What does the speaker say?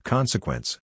Consequence